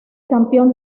campeón